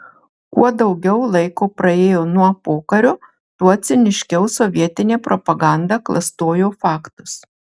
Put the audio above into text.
kuo daugiau laiko praėjo nuo pokario tuo ciniškiau sovietinė propaganda klastojo faktus